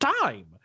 time